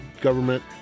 government